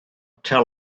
tell